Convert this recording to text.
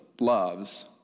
loves